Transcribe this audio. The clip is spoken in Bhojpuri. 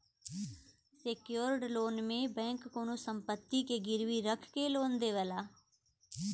सेक्योर्ड लोन में बैंक कउनो संपत्ति के गिरवी रखके लोन देवला